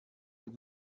mit